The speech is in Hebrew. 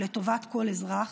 ולטובת כל אזרח.